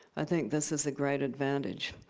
i think this is a great advantage.